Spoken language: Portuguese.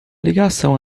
ligação